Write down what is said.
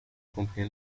confía